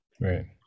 Right